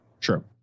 True